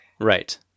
Right